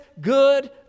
good